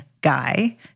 guy